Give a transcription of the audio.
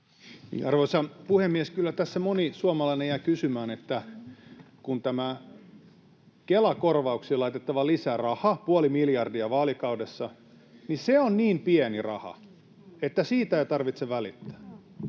Arvoisa puhemies! Kyllä tässä moni suomalainen jää kysymään, että kun tämä Kela-korvauksiin laitettava lisäraha, puoli miljardia vaalikaudessa, on niin pieni raha, että siitä ei tarvitse välittää,